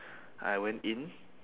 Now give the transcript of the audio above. I went in